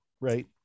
right